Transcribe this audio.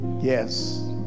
yes